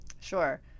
Sure